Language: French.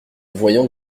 voyons